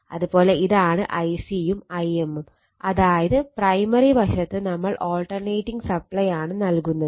അത് പോലെ ഇതാണ് Ic ഉം Im ഉം അതായത് പ്രൈമറി വശത്ത് നമ്മൾ ആൾട്ടർനേറ്റിംഗ് സപ്ലൈ ആണ് നൽകുന്നത്